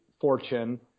fortune